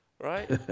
right